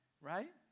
right